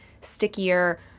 stickier